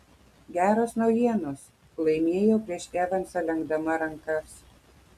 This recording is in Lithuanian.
geros naujienos laimėjau prieš evansą lenkdama rankas